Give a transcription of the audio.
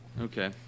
Okay